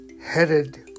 headed